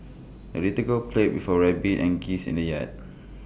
the little girl played with her rabbit and geese in the yard